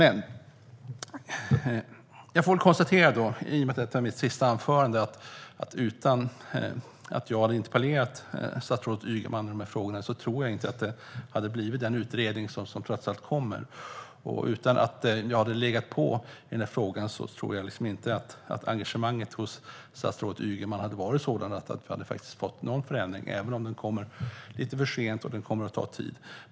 Eftersom detta är mitt sista inlägg får jag konstatera att om jag inte hade ställt en interpellation med dessa frågor till statsrådet Ygeman hade det nog inte blivit någon utredning, vilken nu trots allt kommer. Om jag inte hade legat på i frågan hade engagemanget hos statsrådet nog inte varit sådant att vi hade fått någon förändring. Nu kommer den visserligen lite för sent, och det kommer att ta tid.